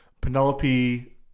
penelope